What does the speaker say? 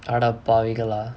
அட பாவிகளா:ada paavigalaa